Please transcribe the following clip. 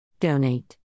Donate